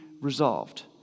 resolved